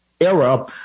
era